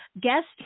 guest